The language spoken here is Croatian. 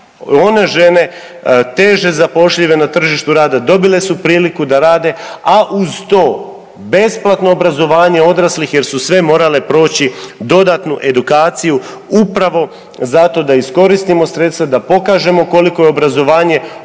one žene teže zapošljive na tržištu rada dobile su priliku da rade, a uz to besplatno obrazovanje odraslih jer su sve morale proći dodatnu edukaciju upravo da iskoristimo sredstva, da pokažemo koliko je obrazovanje odraslih